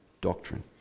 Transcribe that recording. doctrine